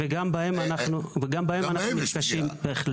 גם בהם יש פגיעה,